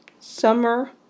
summer